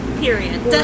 period